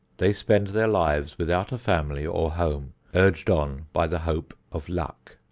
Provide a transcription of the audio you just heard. they spend their lives without a family or home, urged on by the hope of luck.